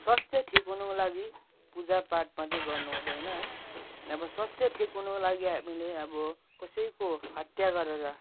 स्वास्थ्य ठिक हुनुको लागि पूजापाठ मात्रै गर्नु हुँदैन है अब स्वस्थ्य ठिक हुनुको लागि हामीले अब कसैको हत्या गरेर